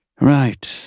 Right